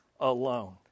alone